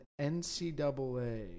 NCAA